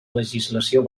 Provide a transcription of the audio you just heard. legislació